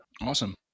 Awesome